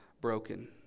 broken